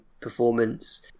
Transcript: performance